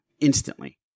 instantly